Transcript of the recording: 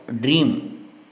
dream